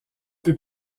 peut